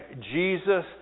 Jesus